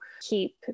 keep